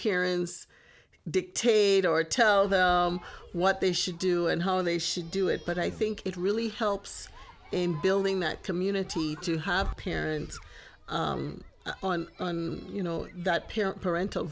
parents dictate or tell them what they should do and how they should do it but i think it really helps in building that community to have parents on you know that parent